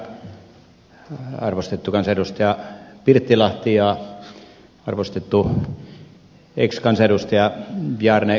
arvostettu kansanedustaja pirttilahti ja arvostettu ex kansanedustaja bjarne kallis